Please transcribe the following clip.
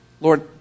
Lord